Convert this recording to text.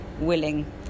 willing